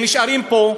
הם נשארים פה,